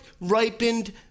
ripened